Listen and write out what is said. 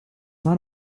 not